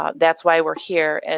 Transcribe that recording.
ah that's why we're here. and